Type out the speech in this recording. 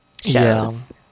shows